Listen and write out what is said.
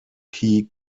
key